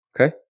Okay